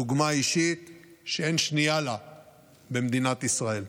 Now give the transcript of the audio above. דוגמה אישית שאין שנייה לה במדינת ישראל.